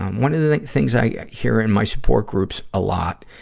one of the things i hear in my support groups a lot,